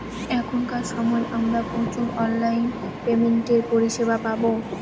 এখনকার সময় আমরা প্রচুর অনলাইন পেমেন্টের পরিষেবা পাবো